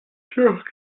sûr